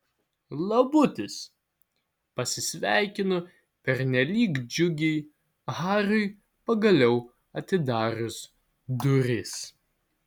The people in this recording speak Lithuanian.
labutis pasisveikinu pernelyg džiugiai hariui pagaliau atidarius duris